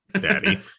Daddy